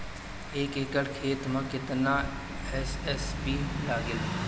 एक एकड़ खेत मे कितना एस.एस.पी लागिल?